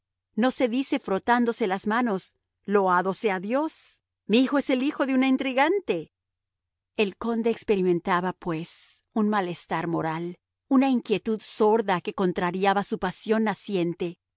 no se dice frotándose las manos loado sea dios mi hijo es el hijo de una intrigante el conde experimentaba pues un malestar moral una inquietud sorda que contrariaba su pasión naciente